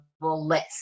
list